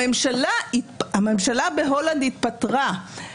הממשלה בהולנד התפטרה.